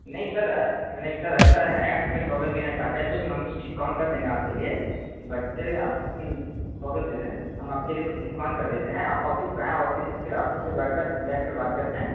نہیں سر نہیں سر ایسا ہے آپ سو گز لینا چاہتے ہیں تو ہم کچھ ڈسکاؤنٹ کردیں گے آپ کے لیے بٹ آپ سو گز لے لیں ہم آپ کے لیے کچھ ڈسکاؤنٹ کردیتے ہیں آپ آفس پہ آئیں آفس پھر آفس سے بیٹھ کر بیٹھ کر بات کرتے ہیں